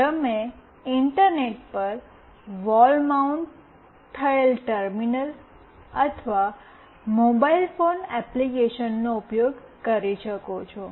તમે ઇન્ટરનેટ પર wall mount થયેલ ટર્મિનલ અથવા મોબાઇલ ફોન એપ્લિકેશનનો ઉપયોગ કરી શકો છો